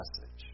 message